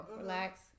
relax